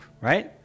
right